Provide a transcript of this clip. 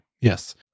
yes